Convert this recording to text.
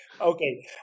Okay